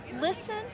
Listen